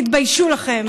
תתביישו לכם.